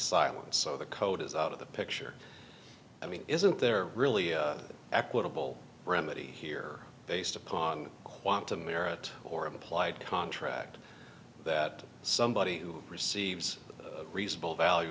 silent so the code is out of the picture i mean isn't there really equitable remedy here based upon quantum merit or implied contract that somebody who receives reasonable value